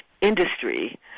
industry